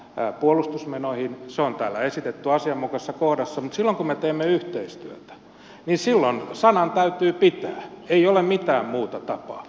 se on täällä esitetty asianmukaisessa kohdassa mutta kun me teemme yhteistyötä niin silloin sanan täytyy pitää ei ole mitään muuta tapaa